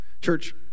Church